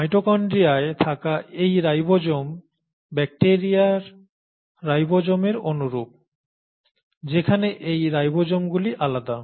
মাইটোকন্ড্রিয়ায় থাকা এই রাইবোসোম ব্যাকটিরিয়ার রাইবোসোমের অনুরূপ যেখানে এই রাইবোসোমগুলি আলাদা